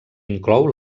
inclou